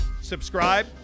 Subscribe